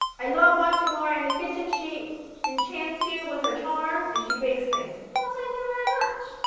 i love watching laura in the kitchen, she enchants you with her charm, and she bakes things' well, thank you very much!